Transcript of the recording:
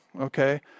okay